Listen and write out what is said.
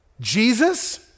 Jesus